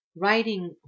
writing